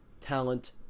talent